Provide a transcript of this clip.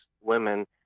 women